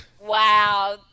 Wow